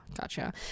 gotcha